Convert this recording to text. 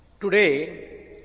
Today